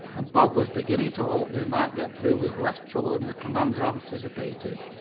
and bob was beginning to hope they might get through with less trouble than the commander anticipated.